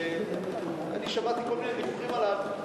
אני שמעתי כל מיני דיווחים עליו.